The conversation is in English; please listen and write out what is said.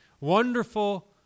wonderful